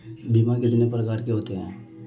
बीमा कितने प्रकार के होते हैं?